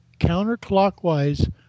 counterclockwise